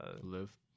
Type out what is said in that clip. live